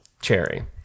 cherry